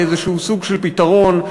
כאיזשהו סוג של פתרון,